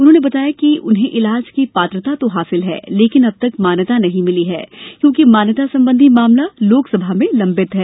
उन्होने बताया कि उन्हें इलाज की पात्रता तो हासिल है लेकिन अब तक मान्यता नहीं मिली है क्योंकि मान्यता संबंधी मामला लोकसभा में लंबित है